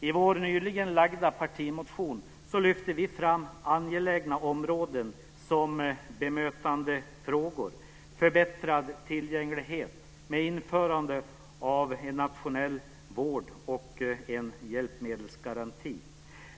I vår nyligen väckta partimotion lyfter vi fram angelägna områden som bemötandefrågor, förbättrad tillgänglighet med införande av en nationell vård och hjälpmedelsgaranti.